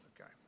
Okay